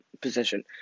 position